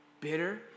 bitter